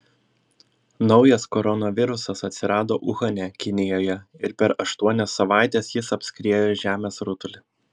naujas koronavirusas atsirado uhane kinijoje ir per aštuonias savaites jis apskriejo žemės rutulį